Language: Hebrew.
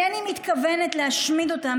אינני מתכוונת להשמיד אותן,